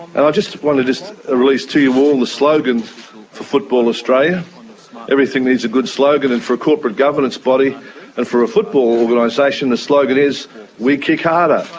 and i just want to ah release to you all the slogan for football australia everything needs a good slogan and for a corporate governance body and for a football organisation, the slogan is we kick harder,